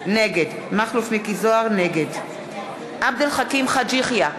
נגד עבד אל חכים חאג' יחיא,